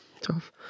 tough